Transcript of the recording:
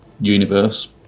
universe